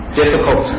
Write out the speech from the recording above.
difficult